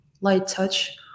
light-touch